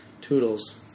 Toodles